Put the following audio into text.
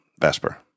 Vesper